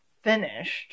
finished